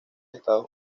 estados